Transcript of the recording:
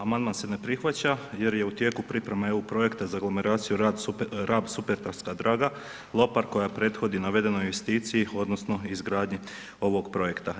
Amandman se ne prihvaća jer je u tijeku priprema eu projekta za aglomeraciju Rab-Supetarska Draga, Lopar koja prethodi navedenoj investiciji odnosno izgradnji ovog projekta.